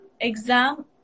exam